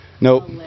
Nope